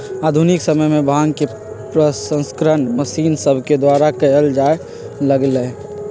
आधुनिक समय में भांग के प्रसंस्करण मशीन सभके द्वारा कएल जाय लगलइ